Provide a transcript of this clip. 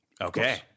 Okay